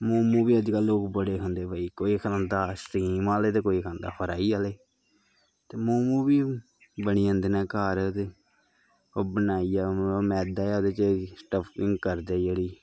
मोमो बी अज्जकल लोग बड़े खंदे भाई कोई खंदा स्टीम आह्ले ते कोई खंदा फ्राई आह्ले ते मोमो बी बनी जंदे न घर ते ओह् बनाइयै मैदे दे बिच्च स्टफिंग जी करदे जेह्ड़ी